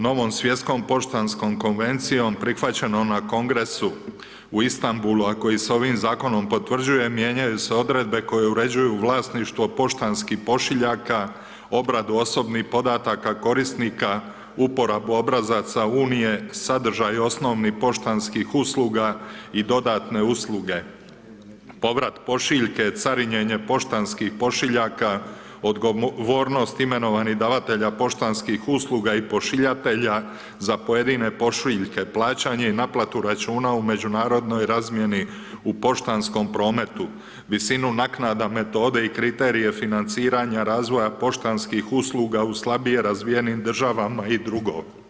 Novom Svjetskom poštanskom Konvencijom prihvaćenoj na Kongresu u Istambulu, a koji se ovim Zakonom potvrđuje, mijenjaju se odredbe koje uređuju vlasništvo poštanskih pošiljaka, obradu osobnih podataka korisnika, uporabu obrazaca Unije, sadržaji osnovnih poštanskih usluga i dodatne usluge, povrat pošiljke, carinjenje poštanskih pošiljaka, odgovornost imenovanih davatelja poštanskih usluga i pošiljatelja za pojedine pošiljke, plaćanje i naplatu računa u međunarodnoj razmijeni u poštanskom prometu, visinu naknada, metode i kriterije financiranja razvoja poštanskih usluga u slabije razvijenim državama i drugo.